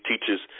teaches